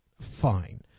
fine